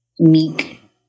meek